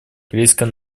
корейская